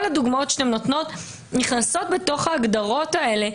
כל הדוגמאות שאתן נותנות נכנסות בהגדרות האלה,